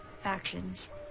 factions